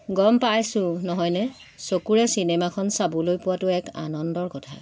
গম পাইছোঁ নহয়নে চকুৰে চিনেমাখন চাবলৈ পোৱাটো এক আনন্দৰ কথা